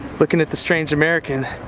looking at the strange american,